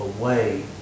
away